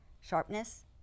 sharpness